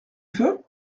feu